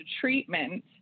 treatment